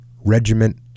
regiment